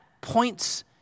points